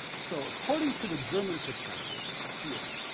so, according to the german perspective here,